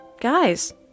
guys